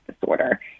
disorder